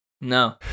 No